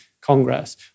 Congress